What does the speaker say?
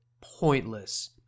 Pointless